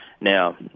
Now